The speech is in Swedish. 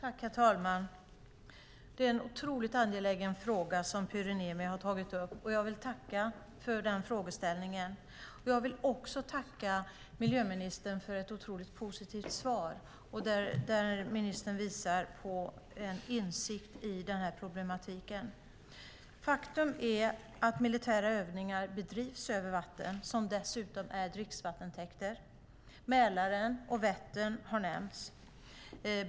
Herr talman! Jag vill tacka Pyry Niemi för att han har tagit upp denna angelägna fråga. Jag vill också tacka miljöministern för ett positivt svar där miljöministern visar insikt i denna problematik. Faktum är att militära övningar bedrivs över vatten som är vattentäkter. Mälaren och Vättern har nämnts.